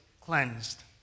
cleansed